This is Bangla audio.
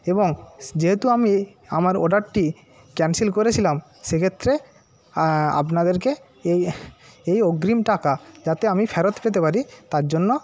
এবং যেহেতু আমি আমার অর্ডারটি ক্যানসেল করেছিলাম সেক্ষেত্রে আপনাদেরকে এই এই অগ্রিম টাকা যাতে আমি ফেরত পেতে পারি তার জন্য